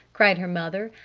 cried her mother.